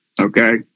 Okay